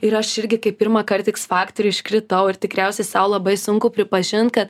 ir aš irgi kai pirmąkart iks faktoriuj iškritau ir tikriausiai sau labai sunku pripažint kad